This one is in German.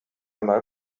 mal